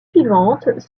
suivantes